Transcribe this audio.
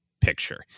picture